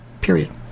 Period